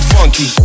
Funky